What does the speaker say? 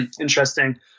Interesting